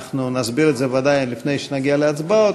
נסביר את זה ודאי לפני שנגיע להצבעות,